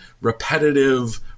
repetitive